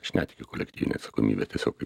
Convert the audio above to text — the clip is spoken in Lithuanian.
aš netikiu kolektyvine atsakomybe tiesiog